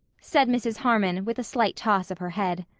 said mrs. harmon, with a slight toss of her head.